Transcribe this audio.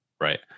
right